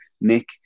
Nick